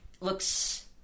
looks